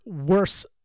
worse